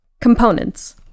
Components